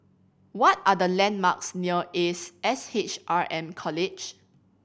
what are the landmarks near Ace S H R M College